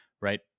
right